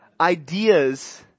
Ideas